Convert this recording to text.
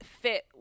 fit